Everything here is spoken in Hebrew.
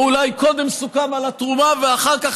או אולי קודם סוכם על התרומה ואחר כך